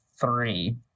three